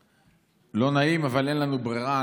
לא נעים אבל אין לנו ברירה,